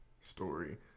story